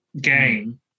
game